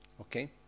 Okay